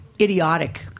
idiotic